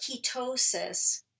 ketosis